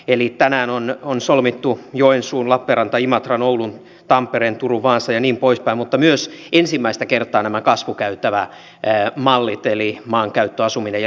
eli tänään se on solmittu joensuun lappeenrannanimatran oulun tampereen turun vaasan ja niin poispäin kanssa mutta myös ensimmäistä kertaa nämä kasvukäytävämallit eli maankäyttö asumis ja liikennesopimukset